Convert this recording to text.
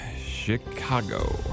Chicago